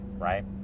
right